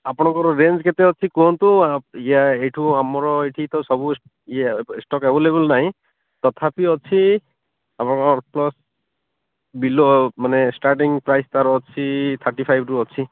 ଆପଣଙ୍କର ରେଞ୍ଜ କେତେ ଅଛି କୁହନ୍ତୁ ଇଏ ଏଇଠୁ ଆମର ଏଠି ତ ସବୁ ଇଏ ଷ୍ଟକ୍ ଆଭେଲେବଲ୍ ନାହିଁ ତଥାପି ଅଛି ଆମର ୱାନ୍ ପ୍ଲସ୍ ବିଲୋ ମାନେ ଷ୍ଟାର୍ଟିଙ୍ଗ୍ ପ୍ରାଇସ୍ ତା'ର ଅଛି ଥାର୍ଟି ଫାଇବ୍ରୁ ଅଛି